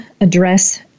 address